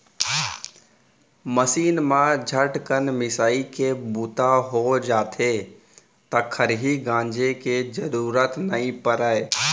machine म झटकन मिंसाइ के बूता हो जाथे त खरही गांजे के जरूरते नइ परय